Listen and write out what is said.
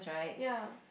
ya